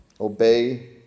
Obey